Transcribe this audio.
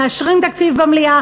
מאשרים תקציב במליאה,